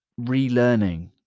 relearning